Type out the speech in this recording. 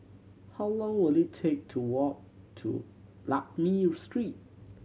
how long will it take to walk to Lakme Street